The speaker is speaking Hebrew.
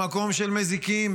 במקום של מזיקים,